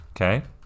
okay